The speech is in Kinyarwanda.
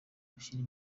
gushyira